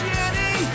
Jenny